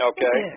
Okay